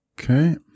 Okay